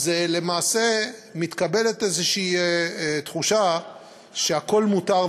אז למעשה מתקבלת איזושהי תחושה שהכול מותר,